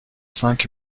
cinq